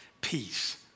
peace